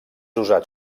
usat